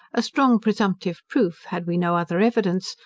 a strong presumptive proof, had we no other evidence,